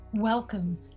Welcome